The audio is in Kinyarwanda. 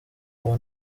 uwo